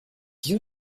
you